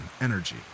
energy